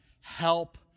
help